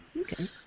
Okay